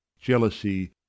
jealousy